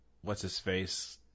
What's-his-face